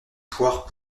poire